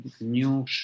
new